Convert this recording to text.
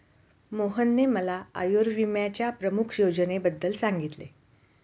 मोहनने मला आयुर्विम्याच्या प्रमुख योजनेबद्दल सांगितले